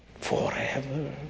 forever